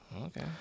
Okay